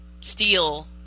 steal